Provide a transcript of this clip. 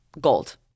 gold